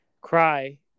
cry